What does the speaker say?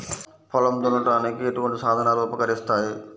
పొలం దున్నడానికి ఎటువంటి సాధనలు ఉపకరిస్తాయి?